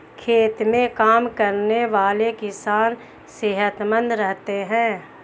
खेत में काम करने वाले किसान सेहतमंद रहते हैं